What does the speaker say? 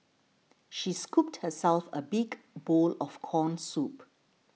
she scooped herself a big bowl of Corn Soup